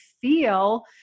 feel